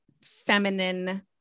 feminine